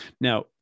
Now